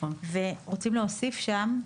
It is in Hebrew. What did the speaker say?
ורוצים להוסיף שם,